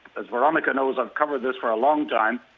as veronica knows, i've covered this for a long time,